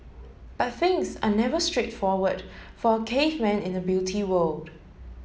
but things are never straightforward for a caveman in the beauty world